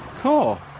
Cool